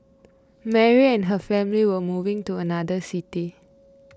Mary and her family were moving to another city